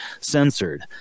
censored